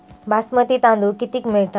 बासमती तांदूळ कितीक मिळता?